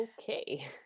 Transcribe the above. Okay